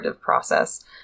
process